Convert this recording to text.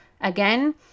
again